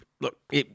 look